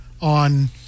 on